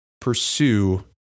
pursue